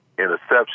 interception